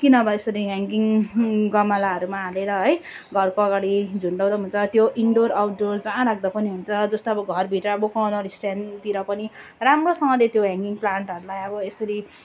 कि नभए यसरी ह्याङ्गिङ गमलाहरूमा हालेर है घरको अगाडि झुन्ड्याउँदा हुन्छ त्यो इन्डोर आउटडोर जहाँ राख्दा पनि हुन्छ जस्तो अब घरतिर कर्नर स्ट्यान्डतिर पनि राम्रोसँगले त्यो ह्याङ्गिङ प्लान्टहरूलाई अब यसरी